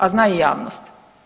A zna i javnost.